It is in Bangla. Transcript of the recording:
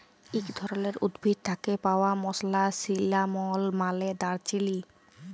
ইক ধরলের উদ্ভিদ থ্যাকে পাউয়া মসলা সিল্লামল মালে দারচিলি